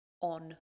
on